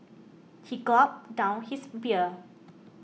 he gulped down his beer